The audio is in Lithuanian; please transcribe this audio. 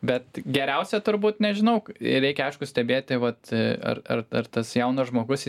bet geriausia turbūt nežinau ir reikia aišku stebėti vat ar ar ar tas jaunas žmogus